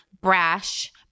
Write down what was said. brash